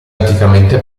anticamente